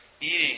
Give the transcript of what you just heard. Eating